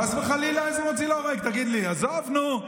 חס וחלילה, איזה מוציא להורג, תגיד לי, עזוב, נו.